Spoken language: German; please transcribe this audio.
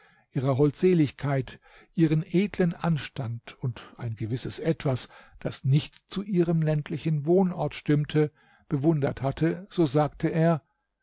ihre holdseligkeit ihren edlen anstand und ein gewisses etwas das nicht zu ihrem ländlichen wohnort stimmte bewundert hatte so sagte er